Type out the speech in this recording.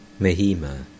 Mahima